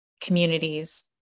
communities